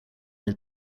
het